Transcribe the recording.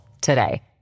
today